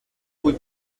cui